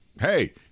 Hey